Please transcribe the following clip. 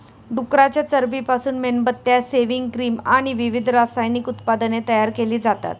डुकराच्या चरबीपासून मेणबत्त्या, सेव्हिंग क्रीम आणि विविध रासायनिक उत्पादने तयार केली जातात